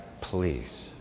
Please